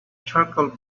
charcoal